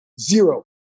zero